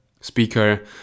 speaker